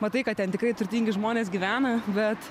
matai kad ten tikrai turtingi žmonės gyvena bet